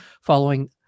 following